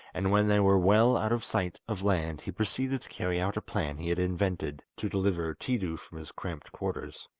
and when they were well out of sight of land he proceeded to carry out a plan he had invented to deliver tiidu from his cramped quarters.